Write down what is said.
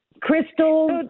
Crystals